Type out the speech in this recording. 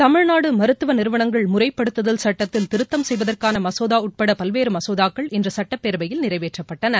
தமிழ்நாடு மருத்துவ நிறுவனங்கள் முறைப்படுத்துதல் சுட்டத்தில் திருத்தம் செய்வதற்கான மசோதா உட்பட பல்வேறு மசோதாக்கள் இன்று சுட்டப்பேரவையில் நிறைவேற்றப்பட்டன